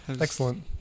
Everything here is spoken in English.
Excellent